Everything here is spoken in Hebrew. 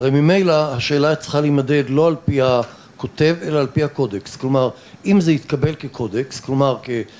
וממילא, השאלה צריכה לימדד לא על פי הכותב אלא על פי הקודקס, כלומר אם זה יתקבל כקודקס, כלומר כ...